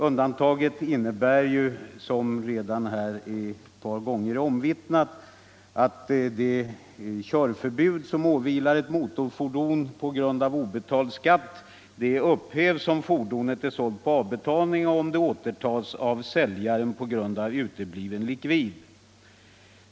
Undantaget innebär, som här redan ett par gånger är omvittnat, att det körförbud som åvilar ett motorfordon på grund av obetald skatt upphävs om fordonet är sålt på avbetalning och återtas av säljaren på grund av utebliven likvid.